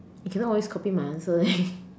you cannot always copy my answer leh